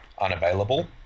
unavailable